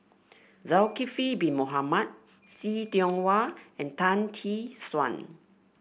Zulkifli Bin Mohamed See Tiong Wah and Tan Tee Suan